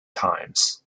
times